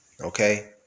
Okay